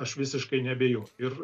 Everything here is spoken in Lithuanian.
aš visiškai neabejoju ir